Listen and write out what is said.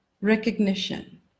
recognition